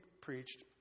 preached